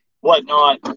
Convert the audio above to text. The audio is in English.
whatnot